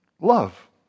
love